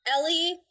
Ellie